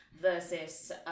versus